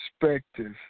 Perspective